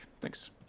Thanks